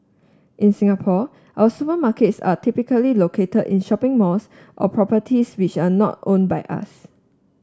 in Singapore our supermarkets are typically located in shopping malls or properties which are not owned by us